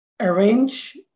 Arrange